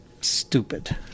stupid